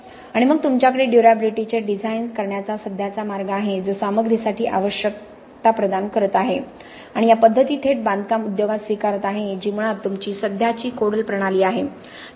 आणि मग तुमच्याकडे ड्युर्याबिलिटीचे डिझाइन करण्याचा सध्याचा मार्ग आहे जो सामग्रीसाठी आवश्यक आवश्यकता प्रदान करत आहे आणि या पद्धती थेट बांधकाम उद्योगात स्वीकारत आहे जी मुळात तुमची सध्याची कोडल प्रणाली आहे